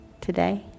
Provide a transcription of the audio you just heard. today